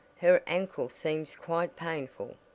her ankle seems quite painful.